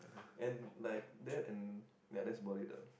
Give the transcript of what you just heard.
and like that and ya that's about it ah